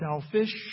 selfish